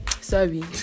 sorry